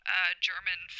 German